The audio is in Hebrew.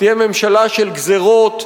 תהיה ממשלה של גזירות,